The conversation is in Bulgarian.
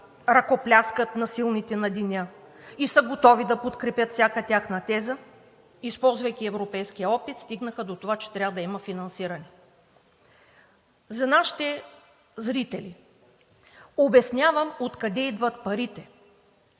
ръкопляскат на силните на деня и са готови да подкрепят всяка тяхна теза, използвайки европейския опит, стигнаха до това, че трябва да има финансиране. За нашите зрители обяснявам откъде идват парите.